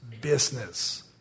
business